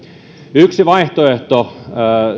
yksi vaihtoehto